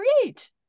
create